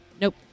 Nope